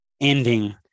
ending